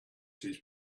his